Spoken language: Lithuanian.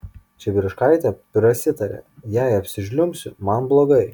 čibirkaitė prasitarė jei apsižliumbsiu man blogai